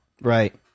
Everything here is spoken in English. Right